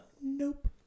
Nope